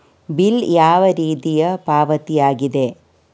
Bill ಯಾವ ರೀತಿಯ ಪಾವತಿಯಾಗಿದೆ?